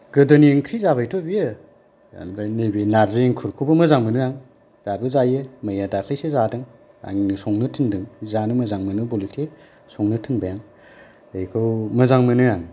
गोदोनि इंख्रि जाबायथ' बियो ओमफ्राय नैबे नारजि एंखुरखौबो मोजां मोनो आं दाबो जायो मैया दाखलैसो जादों आंनो संनो थिन्दों जानो मोजां मोनो बुलिथे संनो थिनबाय आं बेखौ मोजां मोनो आं